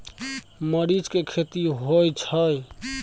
मरीच के खेती होय छय?